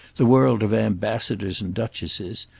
the world of ambassadors and duchesses,